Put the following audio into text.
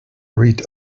read